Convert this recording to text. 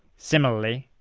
similarly,